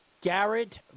Garrett